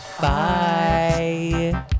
bye